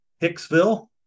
Hicksville